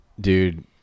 Dude